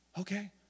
Okay